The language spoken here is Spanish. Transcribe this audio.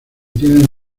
tienen